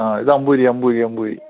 ആ ഇത് അമ്പൂരി അമ്പൂരി അമ്പൂരി